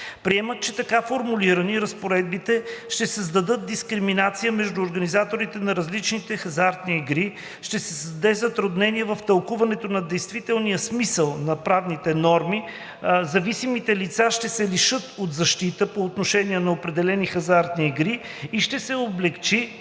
Приемат, че така формулирани, разпоредбите ще създадат дискриминация между организаторите на различните хазартни игри, ще се създаде затруднение в тълкуването на действителния смисъл на правните норми, зависимите лица ще се лишат от защита по отношение на определени хазартни игри и ще се облекчи